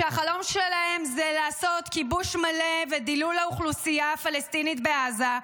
שהחלום שלהם זה לעשות כיבוש מלא ודילול האוכלוסייה הפלסטינית בעזה.